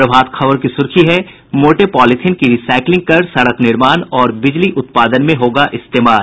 प्रभात खबर की सुर्खी है मोटे पॉलीथिन की रिसाईक्लिंग कर सड़क निर्माण व बिजली उत्पादन में होगा इस्तेमाल